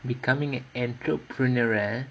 becoming entreprenuer